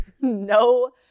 no